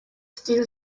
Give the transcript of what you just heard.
still